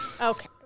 Okay